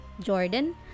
Jordan